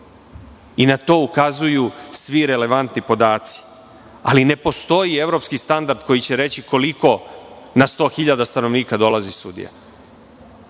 i na to ukazuju svi relevantni podaci. Ali, ne postoji evropski standard koji će reći koliko na 100.000 stanovnika dolazi sudija. Pomenuo